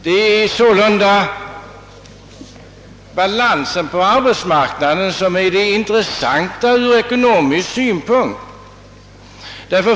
Det är sålunda balansen på arbetsmarknaden som är det intressanta ur ekonomisk synpunkt.